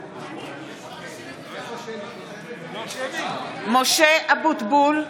(קוראת בשמות חברי הכנסת) משה אבוטבול,